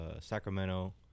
Sacramento